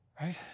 right